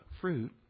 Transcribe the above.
fruit